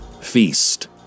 Feast